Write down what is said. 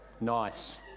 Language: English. Nice